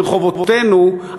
ברחובותינו,